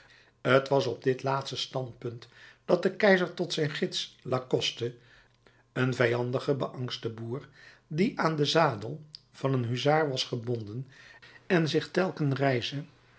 t was op dit laatste standpunt dat de keizer tot zijn gids lacoste een vijandigen beangsten boer die aan den zadel van een huzaar was gebonden en zich telken reize